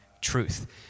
truth